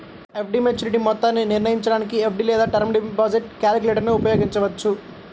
FD maturity మొత్తాన్ని నిర్ణయించడానికి FD లేదా టర్మ్ డిపాజిట్ క్యాలిక్యులేటర్ను ఉపయోగించవచ్చు